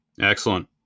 Excellent